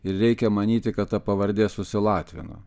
ir reikia manyti kad ta pavardė susilatvino